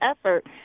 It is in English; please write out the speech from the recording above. effort